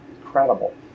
incredible